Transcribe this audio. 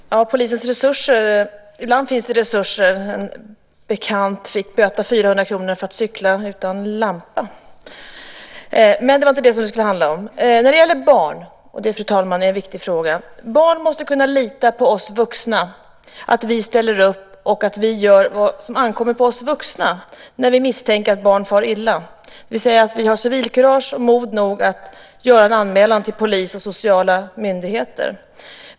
Fru talman! Ja, polisens resurser nämndes. Ibland finns det resurser. En bekant fick böta 400 kr för att ha cyklat utan lampa. Men det var inte det som det nu handlar om. Barn, och detta, fru talman, är en viktig fråga, måste kunna lita på oss vuxna, på att vi ställer upp och gör vad som ankommer på oss vuxna när vi misstänker att barn far illa - det vill säga att vi har civilkurage och mod nog att göra en anmälan till polis och sociala myndigheter.